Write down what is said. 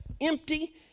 empty